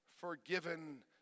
forgiven